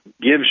gives